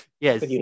Yes